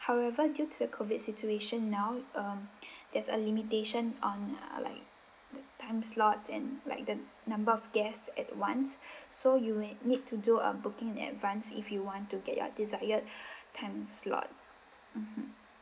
however due to the COVID situation now um there's a limitation on uh like the time slots and like the number of guests at once so you will need to do a booking in advance if you want to get your desired time slot mmhmm